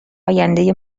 آینده